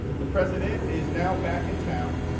the president is now back in town.